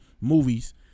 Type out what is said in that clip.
movies